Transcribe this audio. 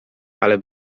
ale